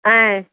ఆయ్